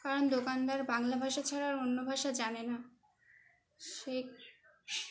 কারণ দোকানদার বাংলা ভাষা ছাড়া আর অন্য ভাষা জানে না সে